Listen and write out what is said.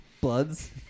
Bloods